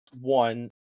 One